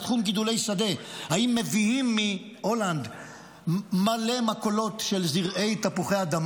גידולי שדה: האם מביאים מהולנד מלא מכולות של זרעי תפוחי אדמה.